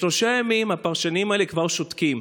שלושה ימים הפרשנים האלה כבר שותקים.